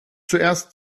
zuerst